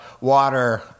water